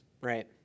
Right